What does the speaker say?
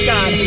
God